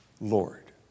Lord